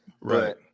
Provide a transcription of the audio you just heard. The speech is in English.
Right